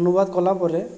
ଅନୁବାଦ କଲାପରେ